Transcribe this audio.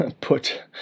put